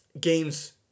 games